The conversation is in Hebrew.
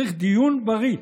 צריך דיון בריא.